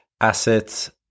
assets